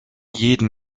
jeden